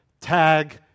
tag